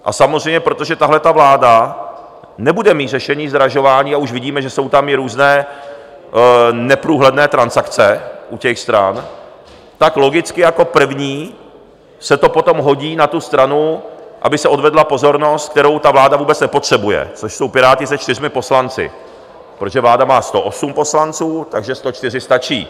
A samozřejmě, protože tahleta vláda nebude mít řešení zdražování, a už vidíme, že jsou tam i různé neprůhledné transakce u těch stran, tak logicky jako první se to potom hodí na tu stranu, aby se odvedla pozornost, kterou vláda vůbec nepotřebuje, což jsou Piráti se čtyřmi poslanci, protože vláda má 108 poslanců, takže 104 stačí.